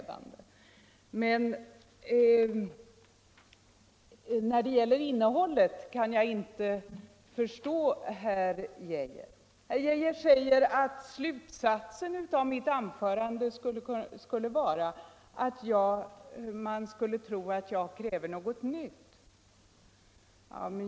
Men när det gäller innehållet kan jag inte förstå herr Geijer. Herr Geijer säger att slutsatsen av mitt anförande skulle vara att jag vill ge intryck av att jag kräver något nytt.